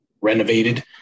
renovated